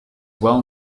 well